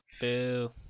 Boo